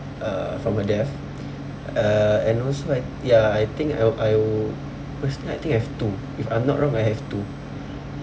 uh from her death uh and also I ya I think I I would personally I think have two if I'm not wrong I have two